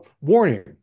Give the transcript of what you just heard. warning